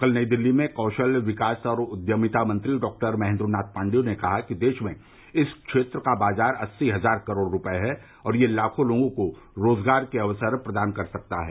कल नई दिल्ली में कौशल विकास और उद्यमिता मंत्री डॉक्टर महेंद्र नाथ पांडे ने कहा कि देश में इस क्षेत्र का बाजार अस्सी हजार करोड़ रुपये हैं और यह लाखों लोगों को रोजगार के अवसर प्रदान कर सकता है